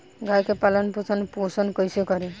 गाय के पालन पोषण पोषण कैसे करी?